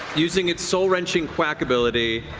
using its soul wrenching quack ability